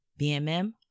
BMM